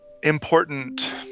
Important